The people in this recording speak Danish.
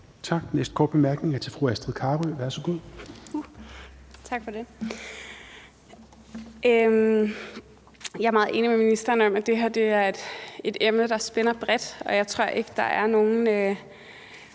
Tak. Næste korte bemærkning er til fru Astrid Carøe. Værsgo. Kl. 20:34 Astrid Carøe (SF): Tak for det. Jeg er meget enig med ministeren i, at det her er et emne, der spænder bredt, og jeg tror ikke, at der er nogen